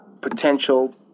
potential